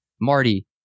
Marty